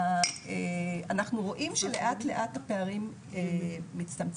אנחנו רואים שלאט לאט הפערים מצטמצמים,